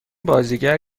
بازیگر